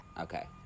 Okay